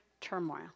turmoil